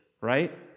right